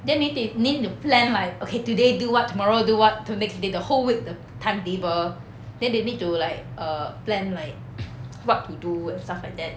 then they need need to plan like okay today do what tomorrow do what to next day the whole week the timetable then they need to like err plan like what to do and stuff like that